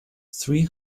three